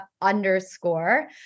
underscore